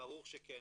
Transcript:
ברור שכן.